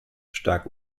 stark